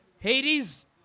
Hades